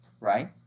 Right